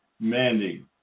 Mandy